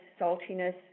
saltiness